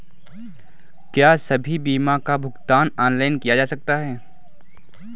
क्या सभी बीमा का भुगतान ऑनलाइन किया जा सकता है?